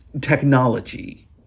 technology